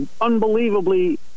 unbelievably